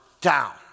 down